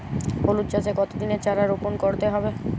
হলুদ চাষে কত দিনের চারা রোপন করতে হবে?